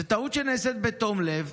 זו טעות שנעשית בתום לב,